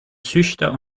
züchter